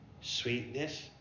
Sweetness